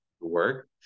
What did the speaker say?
work